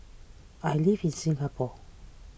I live in Singapore